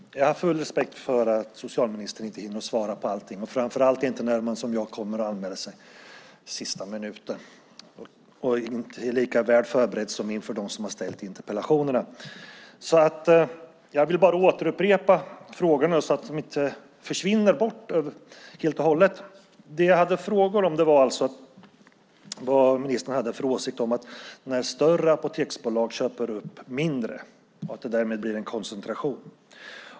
Herr talman! Jag har full respekt för att socialministern inte hinner svara på allting, framför allt inte när man, som jag, anmäler sig i sista minuten. Jag har full respekt för att han inte är lika väl förberedd för det som inför dem som har ställt interpellationerna. Jag vill bara upprepa frågorna, så att de inte försvinner helt och hållet. Jag undrade alltså vad ministern hade för åsikt om att större apoteksbolag köper upp mindre och att det därmed blir en koncentration.